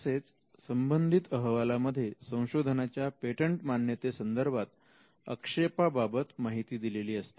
तसेच संबंधित अहवालामध्ये संशोधना च्या पेटंट मान्यते संदर्भात आक्षेपा बाबत माहिती दिलेली असते